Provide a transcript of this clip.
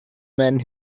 men